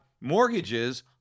mortgages